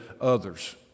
others